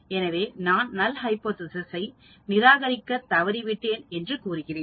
எனவே நான் null hypothesis நிராகரிக்கத் தவறிவிட்டேன் என்று கூறுகிறேன்